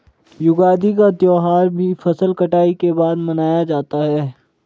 युगादि का त्यौहार भी फसल कटाई के बाद मनाया जाता है